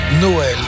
Noël